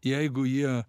jeigu jie